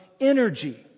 energy